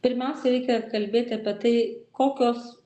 pirmiausia reikia kalbėti apie tai kokios